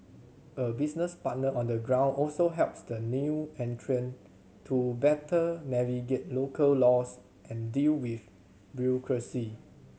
a business partner on the ground also helps the new entrant to better navigate local laws and deal with bureaucracy